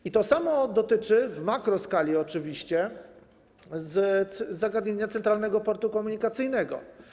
I to samo dotyczy, w makroskali oczywiście, zagadnienia Centralnego Portu Komunikacyjnego.